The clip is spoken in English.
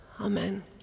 Amen